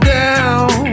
down